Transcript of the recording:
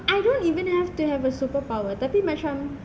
um I don't even have to have a superpower taffy mention